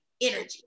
energy